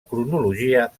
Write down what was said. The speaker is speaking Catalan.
cronologia